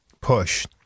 push